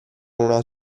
una